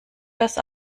das